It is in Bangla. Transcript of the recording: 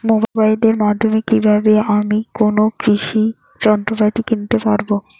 মোবাইলের মাধ্যমে কীভাবে আমি কোনো কৃষি যন্ত্রপাতি কিনতে পারবো?